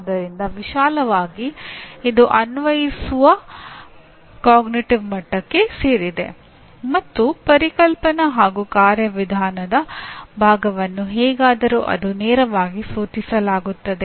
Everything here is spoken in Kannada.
ಆದ್ದರಿಂದ ವಿಶಾಲವಾಗಿ ಇದು ಅನ್ವಯಿಸುವ ಅರಿವಿನ ಮಟ್ಟಕ್ಕೆ ಸೇರಿದೆ ಮತ್ತು ಪರಿಕಲ್ಪನಾ ಹಾಗೂ ಕಾರ್ಯವಿಧಾನದ ಭಾಗವನ್ನು ಹೇಗಾದರೂ ಅದು ನೇರವಾಗಿ ಸೂಚಿಸಲಾಗುತ್ತದೆ